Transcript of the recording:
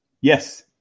Yes